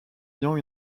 ayant